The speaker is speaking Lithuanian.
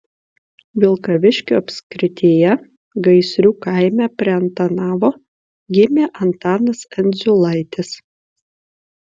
vilkaviškio apskrityje gaisrių kaime prie antanavo gimė antanas endziulaitis